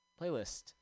playlist